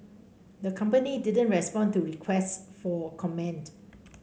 the company didn't respond to requests for comment